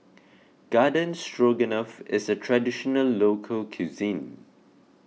Garden Stroganoff is a Traditional Local Cuisine